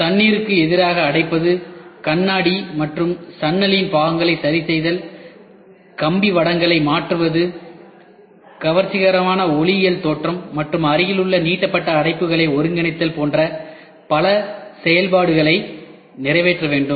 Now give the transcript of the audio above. இது தண்ணீருக்கு எதிராக அடைப்பது கண்ணாடி மற்றும் சன்னலின் பாகங்களை சரிசெய்தல் கம்பிவடங்களை மாற்றுவது கவர்ச்சிகரமான ஒளியியல் தோற்றம் மற்றும் அருகிலுள்ள நீட்டப்பட்ட அடைப்புகளை ஒருங்கிணைத்தல் போன்ற பல செயல்பாடுகளை நிறைவேற்ற வேண்டும்